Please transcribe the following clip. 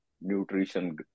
nutrition